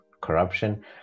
corruption